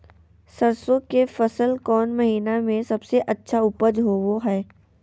सरसों के फसल कौन महीना में सबसे अच्छा उपज होबो हय?